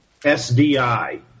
SDI